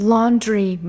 Laundry